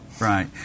Right